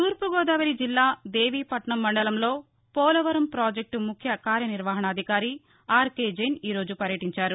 తూర్పుగోదావరి జిల్లా దేవీపట్నం మండలంలో పోలవరం ప్రాజెక్లు ముఖ్య కార్యనిర్వాహణాధికారి ఆర్కె జైన్ ఈ రోజు పర్యటించారు